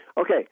Okay